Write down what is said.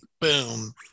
boom